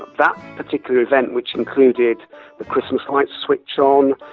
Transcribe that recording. that particular event which included the christmas lights switch on,